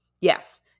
Yes